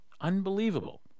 Unbelievable